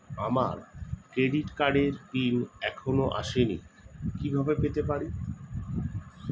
আমার ক্রেডিট কার্ডের পিন এখনো আসেনি কিভাবে পেতে পারি?